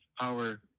power